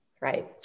right